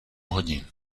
hodin